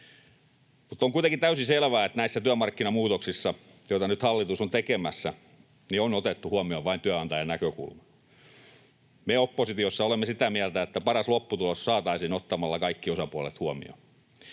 on kuitenkin täysin selvää, että näissä työmarkkinamuutoksissa, joita nyt hallitus on tekemässä, on otettu huomioon vain työnantajan näkökulma. Me oppositiossa olemme sitä mieltä, että paras lopputulos saataisiin ottamalla kaikki osapuolet huomioon.